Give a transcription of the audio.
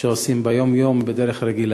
שעושים ביום-יום בדרך הרגילה.